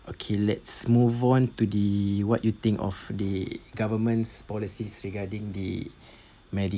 okay let's move on to the what you think of the government's policies regarding the